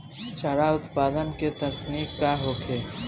चारा उत्पादन के तकनीक का होखे?